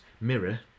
mirror